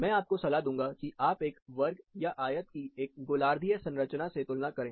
मैं आपको सलाह दूंगा कि आप एक वर्ग या आयत की एक गोलार्धीय संरचना से तुलना करें